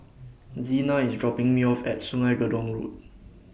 Xena IS dropping Me off At Sungei Gedong Road